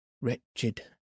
wretched